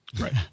Right